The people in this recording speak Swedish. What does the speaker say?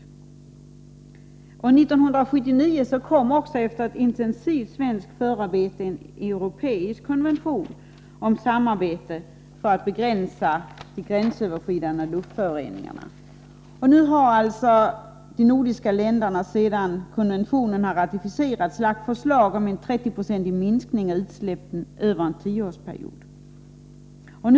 1979 kom, efter ett intensivt svenskt förarbete, en europeisk konvention om samarbete för att begränsa de gränsöverskridande luftföroreningarna. Efter det att konventionen har ratificerats har de nordiska länderna lagt fram förslag om en 30-procentig minskning av utsläppen över en tioårsperiod.